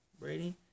Brady